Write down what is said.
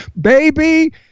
baby